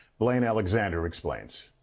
blayne alexander explains.